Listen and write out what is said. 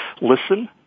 listen